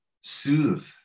soothe